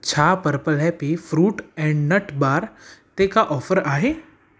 छा purple happy fruit and nut bar ते का ऑफ़र आहे